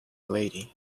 lady